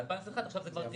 נכון, ב-2021 זה כבר טריליון.